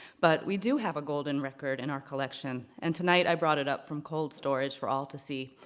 but we do have a golden record in our collection, and tonight, i brought it up from cold storage for all to see.